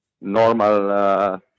normal